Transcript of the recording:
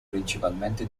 principalmente